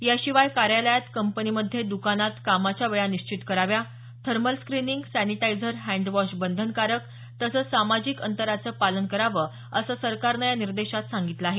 याशिवाय कार्यालयात कपंनीमध्ये दुकानात कामाच्या वेळा निश्चित कराव्या thermal screening sanitiser hand wash बंधनकारक तसंच सामाजिक अंतराचं पालन करावं असं सरकारनं या निर्देशात सांगितलं आहे